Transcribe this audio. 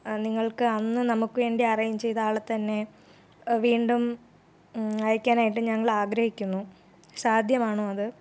നിങ്ങൾക്ക് അന്ന് നമുക്ക് വേണ്ടി അറേഞ്ച് ചെയ്ത ആളെത്തന്നെ വീണ്ടും അയക്കാനായിട്ട് ഞങ്ങളാഗ്രഹിക്കുന്നു സാധ്യമാണോ അത്